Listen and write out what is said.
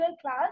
class